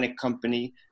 company